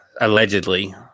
Allegedly